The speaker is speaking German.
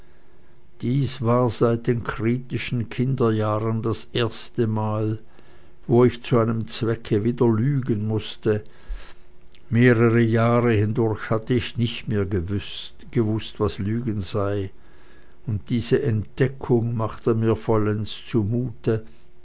dies war seit den kritischen kinderjahren das erste mal wo ich zu einem zwecke wieder lügen mußte mehrere jahre hindurch hatte ich nicht mehr gewußt was lügen sei und diese entdeckung machte mir vollends zu